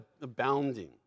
abounding